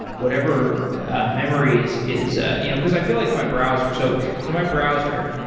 whatever memory is is ah you know because i feel like my browser so so my browser,